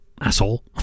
asshole